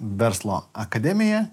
verslo akademija